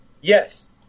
Yes